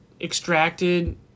extracted